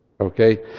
okay